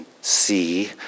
see